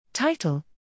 Title